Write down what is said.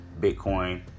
Bitcoin